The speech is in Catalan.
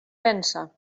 pensa